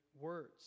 words